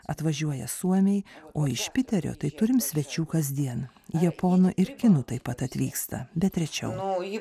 atvažiuoja suomiai o iš piterio tai turim svečių kasdien japonų ir kinų taip pat atvyksta bet rečiau